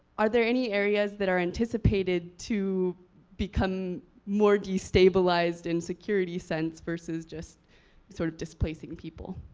are there any areas that are anticipated to become more destabilized in security sense versus just sort of displacing people?